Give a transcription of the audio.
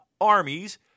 armies